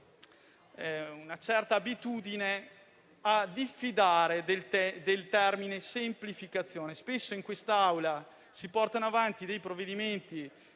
una certa abitudine a diffidare del termine semplificazione. Spesso in quest'Aula si portano avanti provvedimenti